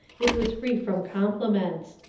it was free from compliments.